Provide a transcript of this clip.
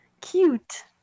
Cute